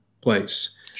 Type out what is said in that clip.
place